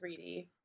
3D